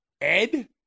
Ed